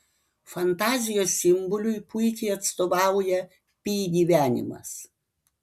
fantazijos simboliui puikiai atstovauja pi gyvenimas